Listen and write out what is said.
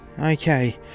okay